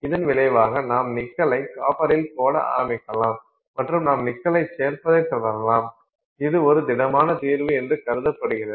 இதன் விளைவாக நாம் நிக்கலை காப்பரில் போட ஆரம்பிக்கலாம் மற்றும் நாம் நிக்கலைச் சேர்ப்பதைத் தொடரலாம் இது ஒரு திடமான தீர்வு என்று கருதப்படுகிறது